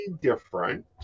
different